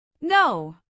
No